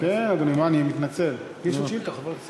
אבל אני מבטיח לך שאני אעביר את זה לבדיקה.